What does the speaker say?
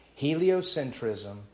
Heliocentrism